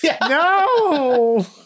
No